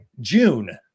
June